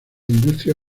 industria